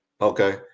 Okay